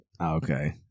Okay